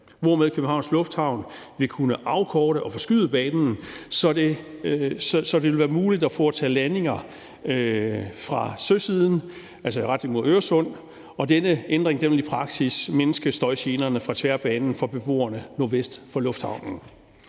hvormed Københavns Lufthavn vil kunne afkorte og forskyde banen, så det vil være muligt at foretage landinger fra søsiden, altså i retning mod Øresund. Denne ændring vil i praksis mindske støjgenerne fra tværbanen for beboerne nordvest for lufthavnen.